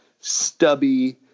stubby